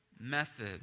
method